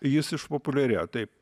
jis išpopuliarėjo taip